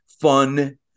fun